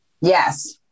Yes